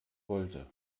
wollte